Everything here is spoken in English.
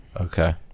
Okay